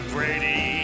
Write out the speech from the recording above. Brady